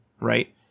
Right